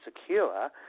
secure